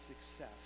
success